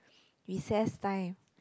recess time